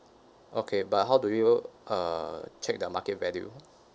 okay but how do you uh check the market value